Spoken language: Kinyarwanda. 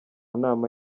nama